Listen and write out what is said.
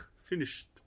finished